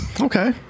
Okay